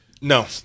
No